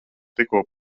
tikko